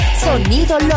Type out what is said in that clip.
Sonido